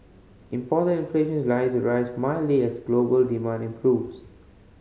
imported inflation is likely to rise mildly as global demand improves